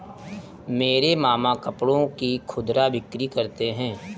मेरे मामा कपड़ों की खुदरा बिक्री करते हैं